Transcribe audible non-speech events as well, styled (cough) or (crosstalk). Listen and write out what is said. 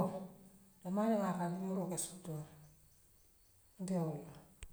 (noise) wo maariwoo akaa domoroo ke suutoola nteerool la.